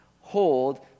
hold